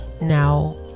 now